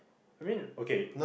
I mean okay